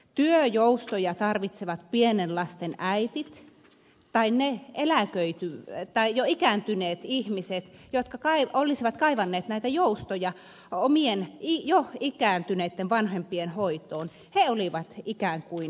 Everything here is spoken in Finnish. työjoustoja tarvitsevat pienten lasten äidit tai jo ikääntyneet ihmiset jotka olisivat kaivanneet näitä joustoja omien jo ikääntyneitten vanhempiensa hoitoon olivat ikään kuin huonompia työntekijöitä